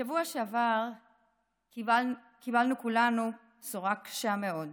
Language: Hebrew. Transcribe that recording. בשבוע שעבר קיבלנו כולנו בשורה קשה מאוד: